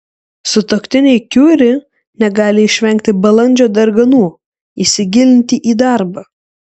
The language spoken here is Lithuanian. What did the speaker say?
sutuoktiniai kiuri negali išvengti balandžio darganų įsigilinti į darbą